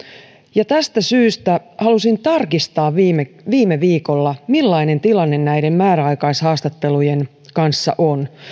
ja tästä syystä halusin tarkistaa viime viime viikolla millainen tilanne näiden määräaikaishaastattelujen kanssa on